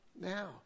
now